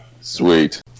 Sweet